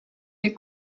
les